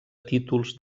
títols